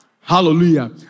Hallelujah